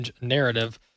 narrative